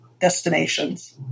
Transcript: destinations